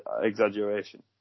exaggeration